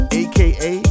aka